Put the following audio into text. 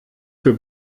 für